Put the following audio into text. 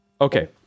Okay